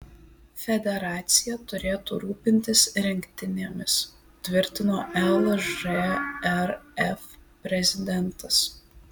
federacija turėtų rūpintis rinktinėmis tvirtino lžrf prezidentas